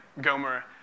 Gomer